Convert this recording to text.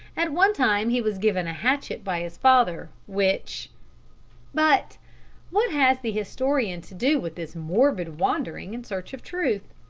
at one time he was given a hatchet by his father, which but what has the historian to do with this morbid wandering in search of truth?